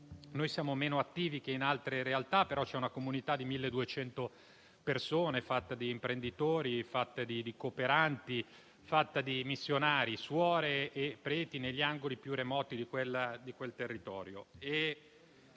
essendo meno attivi che in altre realtà, c'è una comunità di 1.200 persone, fatta di imprenditori, cooperanti, missionari, suore e preti, negli angoli più remoti di quel territorio.